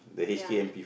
ya